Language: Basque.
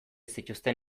zituzten